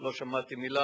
לא שמעתי מלה,